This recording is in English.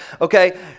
okay